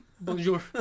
Bonjour